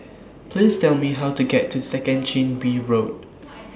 Please Tell Me How to get to Second Chin Bee Road